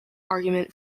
argument